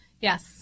Yes